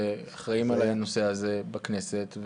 שאחראים על הנושא הזה בכנסת.